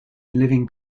living